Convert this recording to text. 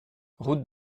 route